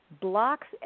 blocks